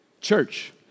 Church